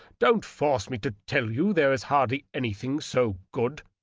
don't force me to tell you there is hardly anything so good.